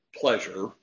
pleasure